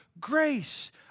grace